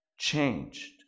changed